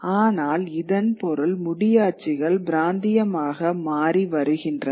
ஆனால் இதன் பொருள் முடியாட்சிகள் பிராந்தியமாக மாறி வருகின்றன